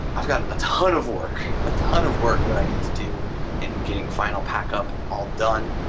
i've got a ton of work, a ton of work that i need to do in getting final pack-up all done.